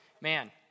man